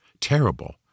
Terrible